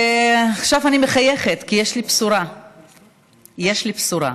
ועכשיו אני מחייכת, כי יש לי בשורה.